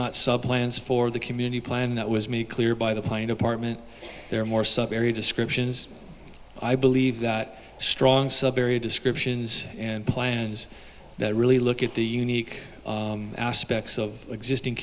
not subclans for the community plan that was made clear by the plain apartment they're more sub every description is i believe that strong sub area descriptions and plans that really look at the unique aspects of existin